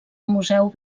museu